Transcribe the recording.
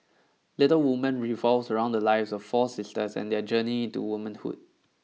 Little Women revolves around the lives of four sisters and their journey into womanhood